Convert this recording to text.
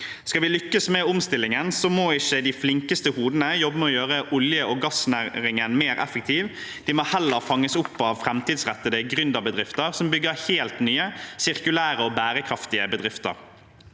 Skal vi lykkes med omstillingen, må ikke de flinkeste hodene jobbe med å gjøre olje- og gassnæringen mer effektiv, de må heller fanges opp av framtidsrettede gründerbedrifter som bygger helt nye sirkulære og bærekraftige bedrifter.